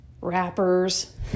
rappers